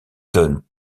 donne